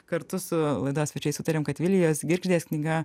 kartu su laidos svečiais sutarėm kad vilijos girgždės knyga